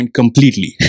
completely।